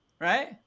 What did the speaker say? Right